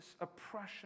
oppression